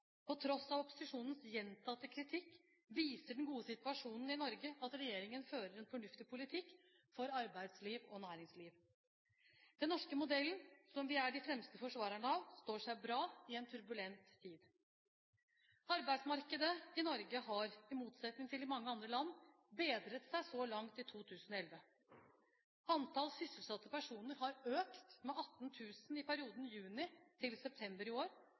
På tross av opposisjonens gjentatte kritikk viser den gode situasjonen i Norge at regjeringen fører en fornuftlig politikk for arbeidsliv og næringsliv. Den norske modellen, som vi er de fremste forsvarerne av, står seg bra i en turbulent tid. Arbeidsmarkedet i Norge har, i motsetning til i mange andre land, bedret seg så langt i 2011. Antall sysselsatte personer har økt med 18 000 i perioden juni–september i år,